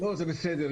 זה בסדר.